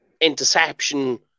interception